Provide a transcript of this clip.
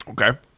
Okay